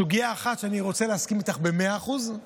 בסוגיה אחת אני רוצה להסכים איתך במאה אחוז,